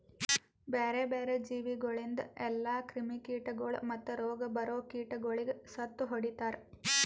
ಬ್ಯಾರೆ ಬ್ಯಾರೆ ಜೀವಿಗೊಳಿಂದ್ ಎಲ್ಲಾ ಕ್ರಿಮಿ ಕೀಟಗೊಳ್ ಮತ್ತ್ ರೋಗ ಬರೋ ಕೀಟಗೊಳಿಗ್ ಸತ್ತು ಹೊಡಿತಾರ್